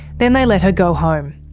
then they let her go home.